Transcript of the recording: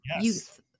youth